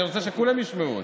אני רוצה שכולם ישמעו אותי.